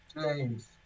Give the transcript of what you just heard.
James